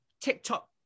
TikTok